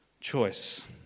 choice